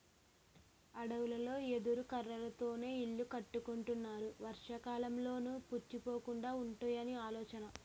అడవులలో ఎదురు కర్రలతోనే ఇల్లు కట్టుకుంటారు వర్షాకాలంలోనూ పుచ్చిపోకుండా వుంటాయని ఆలోచన